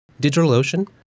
DigitalOcean